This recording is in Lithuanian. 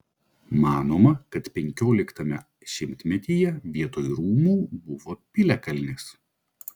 manoma kad penkioliktame šimtmetyje vietoj rūmų buvo piliakalnis